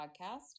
podcast